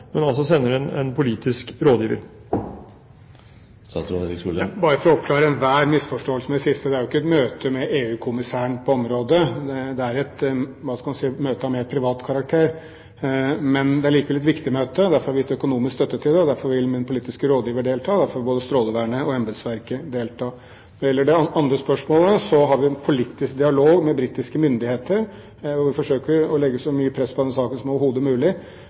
men sender en politisk rådgiver. Bare for å oppklare enhver misforståelse om det siste: Dette er jo ikke et møte med EU-kommissæren på området. Det er – hva skal man si – et møte av mer privat karakter. Men det er likevel et viktig møte. Derfor har vi gitt økonomisk støtte til det. Derfor vil min politiske rådgiver delta, og derfor vil både Strålevernet og embetsverket delta. Når det gjelder det andre spørsmålet, har vi en politisk dialog med britiske myndigheter der vi forsøker å legge så mye press på denne saken som overhodet mulig.